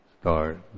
start